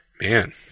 Man